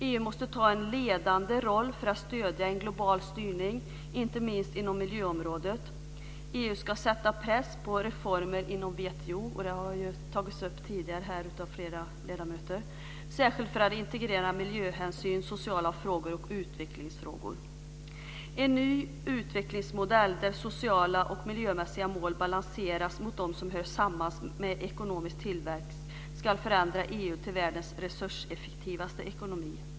EU måste ta en ledande roll för att stödja en global styrning, inte minst inom miljöområdet. EU ska sätta press på reformer inom WTO - och det har ju tagits upp här tidigare av flera ledamöter - särskilt för att integrera miljöhänsyn, sociala frågor och utvecklingsfrågor. En ny utvecklingsmodell, där sociala och miljömässiga mål balanseras mot de som hör samman med ekonomisk tillväxt, ska förändra EU till världens resurseffektivaste ekonomi.